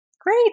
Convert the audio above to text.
Great